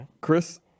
Chris